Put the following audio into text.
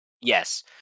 Yes